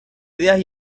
ideas